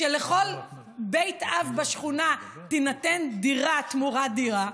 ולכל בית אב בשכונה תינתן דירה תמורת דירה,